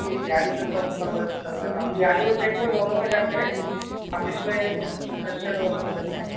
جی دہاڑی پہ تو تھوڑا سا دقت ہو جاتا ابھی دہاڑی اور ٹھیک پہ دونوں پہ کرتے ہیں آپ جس میں انٹرسٹیڈ ہو اس میں کر دیں گے